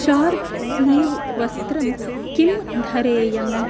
short sleeve वस्त्रं किं धरेयम्